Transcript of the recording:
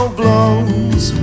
blows